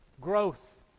Growth